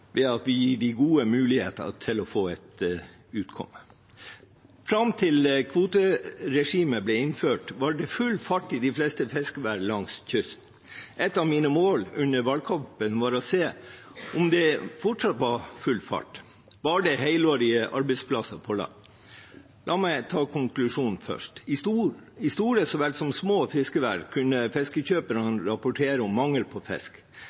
ved at vi gir dem gode muligheter til å få et utkomme. Fram til kvoteregimet ble innført, var det full fart i de fleste fiskevær langs kysten. Et av mine mål under valgkampen var å se om det fortsatt var full fart. Var det helårige arbeidsplasser på land? La meg ta konklusjonen først. I store så vel som i små fiskevær kunne fiskekjøperne rapportere om mangel på fisk.